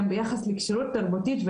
ביחס לכשירות תרבותית,